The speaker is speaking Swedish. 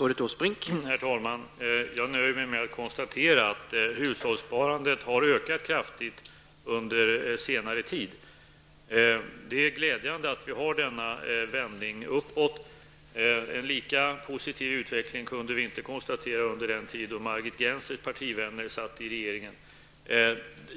Herr talman! Jag nöjer mig med att konstatera att hushållssparandet har ökat kraftigt under senare tid. Det är glädjande att vi har denna vändning uppåt. En lika positiv utveckling kunde vi inte konstatera under den tid då Margit Gennsers partivänner satt i regeringen.